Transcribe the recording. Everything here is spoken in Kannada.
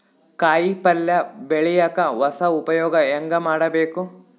ಕಾಯಿ ಪಲ್ಯ ಬೆಳಿಯಕ ಹೊಸ ಉಪಯೊಗ ಹೆಂಗ ಮಾಡಬೇಕು?